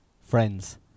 Friends